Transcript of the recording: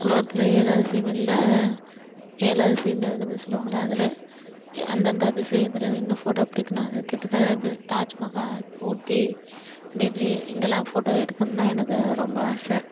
உலகத்தில் ஏழு அதிசயங்களில் ஏழு அதிசயங்கள் இருக்குதுனு சொல்வாங்கல்ல அதில் அந்தந்த அதிசயத்தில் நின்று ஃபோட்டோ பிடிக்கணும் அதுக்கடுத்து தாஜ்மஹால் ஊட்டி டெல்லி இங்கேலாம் ஃபோட்டோ எடுக்கணுனால் எனக்கு ரொம்ப ஆசை